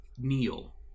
Neil